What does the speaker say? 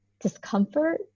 discomfort